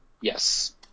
Yes